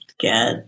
Get